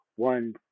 One